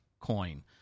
coin